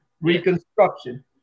reconstruction